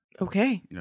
Okay